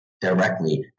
directly